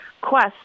quest